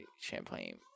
champlain